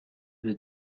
veux